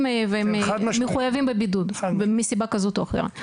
והם מחויבים בבידוד מסיבה כזאת או אחרת.